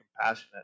compassionate